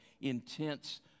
intense